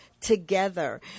together